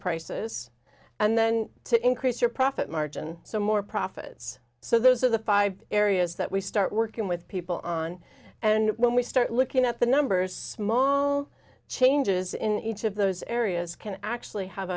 prices and then to increase your profit margin so more profits so those are the five areas that we start working with people on and when we start looking at the numbers small changes in each of those areas can actually have